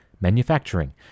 manufacturing